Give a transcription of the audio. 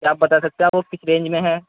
کیا آپ بتا سکتے ہیں آپ وہ کس رینج میں ہے